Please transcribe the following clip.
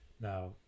Now